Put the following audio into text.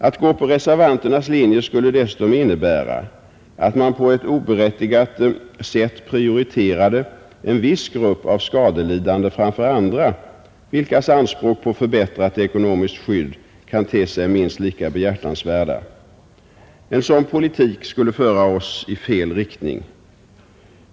Att gå på reservanternas linje skulle dessutom innebära att man på ett oberättigat sätt prioriterade en viss grupp av skadelidande framför andra, vilkas anspråk på förbättrat ekonomiskt skydd kan te sig minst lika behjärtansvärda. En sådan politik skulle föra oss i fel riktning.